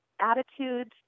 attitudes